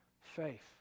faith